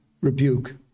rebuke